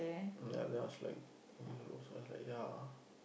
ya that's was like also like ya